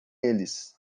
eles